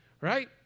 right